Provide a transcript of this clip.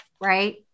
right